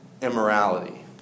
immorality